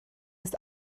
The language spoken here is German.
ist